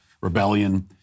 rebellion